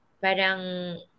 parang